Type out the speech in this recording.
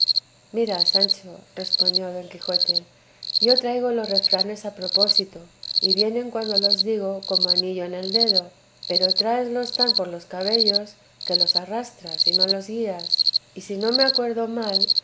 mira sancho respondió don quijote yo traigo los refranes a propósito y vienen cuando los digo como anillo en el dedo pero tráeslos tan por los cabellos que los arrastras y no los guías y si no me acuerdo mal